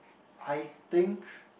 I think